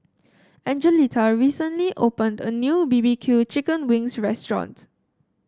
Angelita recently opened a new B B Q Chicken Wings restaurant